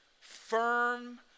firm